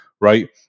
right